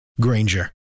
Granger